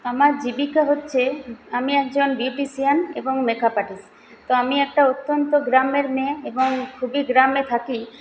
আমার জীবিকা হচ্ছে আমি একজন বিউটিশিয়ান এবং মেক আপ আর্টিস্ট তো আমি একটা অত্যন্ত গ্রামের মেয়ে এবং খুবই গ্রামে থাকি